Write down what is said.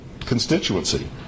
constituency